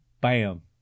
Bam